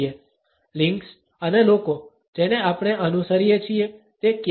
links અને લોકો જેને આપણે અનુસરીએ છીએ તે ક્યા છે